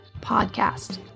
podcast